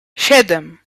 siedem